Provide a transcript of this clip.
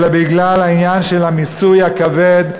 אלא בגלל העניין של המיסוי הכבד,